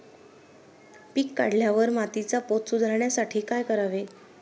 पीक काढल्यावर मातीचा पोत सुधारण्यासाठी काय करावे?